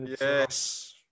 Yes